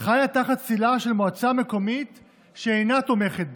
למשל חיה תחת צילה של מועצה מקומית שאינה תומכת בה.